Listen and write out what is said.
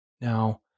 Now